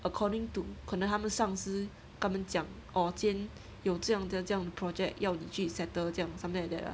according to 可能他们上司跟他们讲 orh 今天有这样的这样 project 要你去 settled 这样 something like that lah